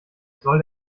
soll